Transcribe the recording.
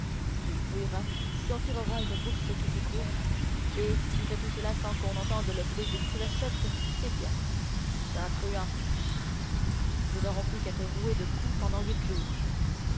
tu y fouilleras tu en tireras une bourse qui s'y trouve et si tu fais tout cela sans qu'on entende le bruit d'une sonnette c'est bien tu seras truand nous n'aurons plus qu'à te rouer de coups pendant huit jours